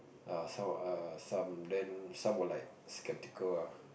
err some err some then some were like skeptical ah